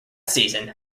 season